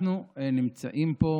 אנחנו נמצאים פה